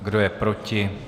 Kdo je proti?